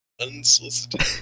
Unsolicited